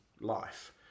life